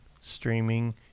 streaming